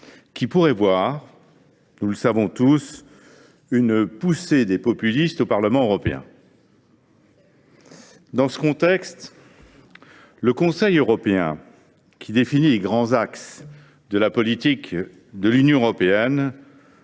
qui pourraient aboutir – nous le savons tous – à une poussée des populistes au Parlement européen. Dans ce contexte, le Conseil européen, qui définit les grands axes de la politique de l’Union européenne,